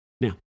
Now